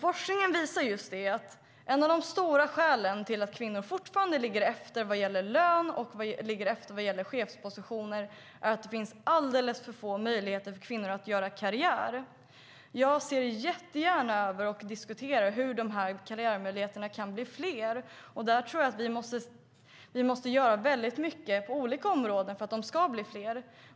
Forskningen visar att ett av de stora skälen till att kvinnor fortfarande ligger efter vad gäller lön och chefspositioner är att det finns alldeles för få möjligheter för kvinnor att göra karriär. Jag vill jättegärna se över och diskutera hur karriärmöjligheterna kan bli fler. Jag tror att vi måste göra mycket på olika områden för att de ska bli fler.